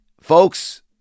Folks